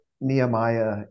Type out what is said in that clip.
Nehemiah